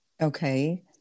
Okay